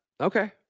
Okay